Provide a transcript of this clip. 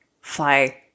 fly